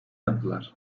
yaptılar